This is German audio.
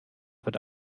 wird